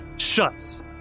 Shuts